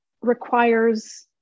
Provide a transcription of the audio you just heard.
requires